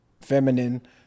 feminine